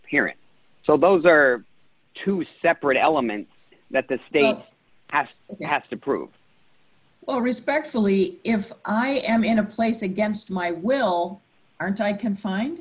parent so those are two separate elements that the state has has to prove well respectfully if i am in a place against my will aren't i can fin